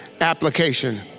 application